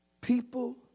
people